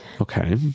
Okay